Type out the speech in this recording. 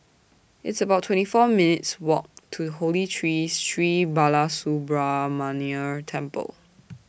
It's about twenty four minutes' Walk to Holy Tree Sri Balasubramaniar Temple